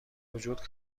وجود